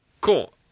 Cool